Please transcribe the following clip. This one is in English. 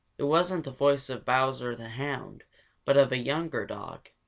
it wasn't the voice of bowser the hound but of a younger dog.